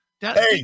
Hey